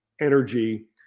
energy